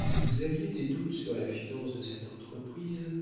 si vous aviez des doutes sur la finance de cette entreprise